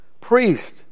priest